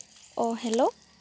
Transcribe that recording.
অ' hello